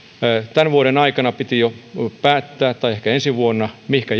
tämän vuoden aikana piti jo päättää tai ehkä ensi vuonna mihinkä